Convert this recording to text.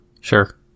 Sure